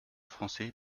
français